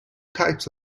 types